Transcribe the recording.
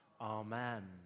Amen